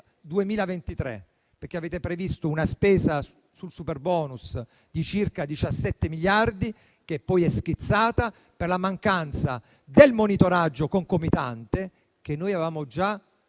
2023 perché avete previsto una spesa sul superbonus di circa 17 miliardi, che poi è schizzata per la mancanza del monitoraggio concomitante, che noi avevamo già